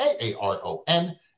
A-A-R-O-N